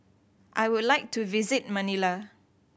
I would like to visit Manila